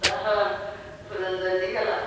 উড়ন চণ্ডী খেলা